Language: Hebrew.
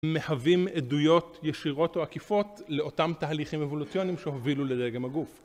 מהווים עדויות ישירות או עקיפות לאותם תהליכים אבולוציוניים שהובילו לרגם הגוף.